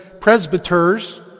presbyters